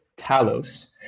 Talos